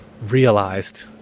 realized